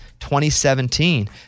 2017